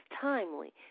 timely